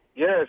Yes